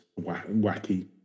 wacky